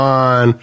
on